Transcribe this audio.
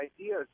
ideas